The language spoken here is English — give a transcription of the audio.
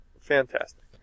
Fantastic